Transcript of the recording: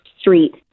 street